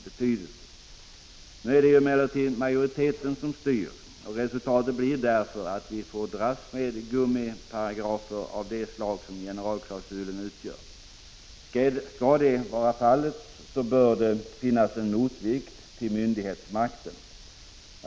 Det är emellertid majoriteten som styr, och resultatet blir därför att vi får dras med gummiparagrafer av det slag som generalklausulen utgör. Skall det vara fallet bör det finnas en motvikt till myndighetsmakten.